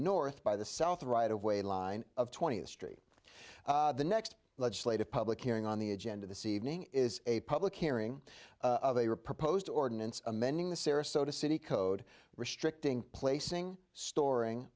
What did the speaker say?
north by the south right of way line of twentieth street the next legislative public hearing on the agenda this evening is a public hearing they were proposed ordinance amending the sarasota city code restricting placing storing